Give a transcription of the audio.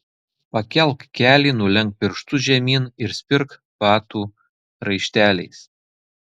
pakelk kelį nulenk pirštus žemyn ir spirk batų raišteliais